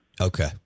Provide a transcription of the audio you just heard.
Okay